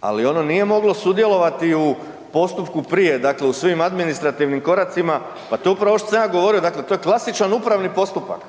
ali ono nije moglo sudjelovati u postupku prije, dakle u svim administrativnim koracima. Pa to je upravo ovo što sam ja govorio, dakle to je klasičan upravni postupak